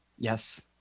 Yes